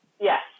Yes